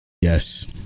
yes